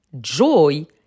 Joy